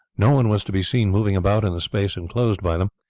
no one was to be seen moving about in the space inclosed by them.